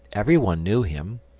every one knew him,